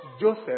Joseph